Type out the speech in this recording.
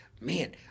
man